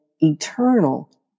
eternal